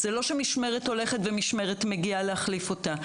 זה לא שמשמרת הולכת ומשמרת מגיעה להחליף אותה.